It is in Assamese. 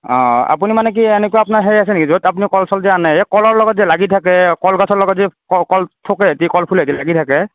অঁ আপুনি মানে কি এনেকুৱা আপোনাৰ সেই আছে নেকি য'ত আপুনি কল চল যে আনে সেই কলৰ লগত যে লাগি থাকে কলগছৰ লগত যে কল কল থোকে সৈতে কলফুলেদি লাগি থাকে